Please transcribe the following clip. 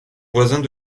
voisins